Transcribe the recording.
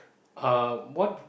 uh what